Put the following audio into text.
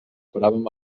paràvem